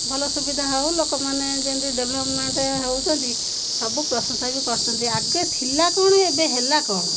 ଭଲ ସୁବିଧା ହେଉ ଲୋକମାନେ ଯେମିତି ଡ଼େଭଲପମେଣ୍ଟ ହେଉଛନ୍ତି ସବୁ ପ୍ରଶଂସା ବି କରୁଛନ୍ତି ଆଗେ ଥିଲା କ'ଣ ଏବେ ହେଲା କ'ଣ